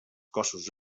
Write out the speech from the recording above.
cossos